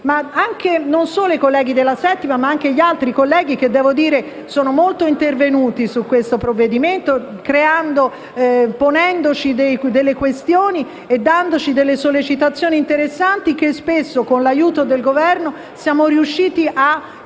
non solo i colleghi della 7a Commissione, ma anche altri colleghi che sono molto intervenuti su questo provvedimento, ponendoci delle questioni e dandoci delle sollecitazioni interessanti che spesso, con l'aiuto del Governo, siamo riusciti a introdurre